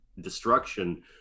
destruction